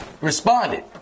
responded